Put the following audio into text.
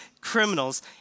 criminals